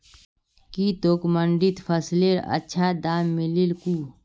की तोक मंडीत फसलेर अच्छा दाम मिलील कु